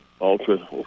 ultra